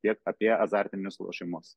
tiek apie azartinius lošimus